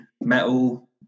metal